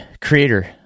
creator